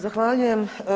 Zahvaljujem.